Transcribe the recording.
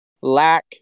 lack